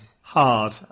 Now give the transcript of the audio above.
hard